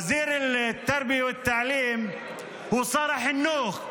וזיר אל-תרביה ותעלים הוא שר החינוך.